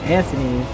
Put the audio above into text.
Anthony